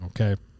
okay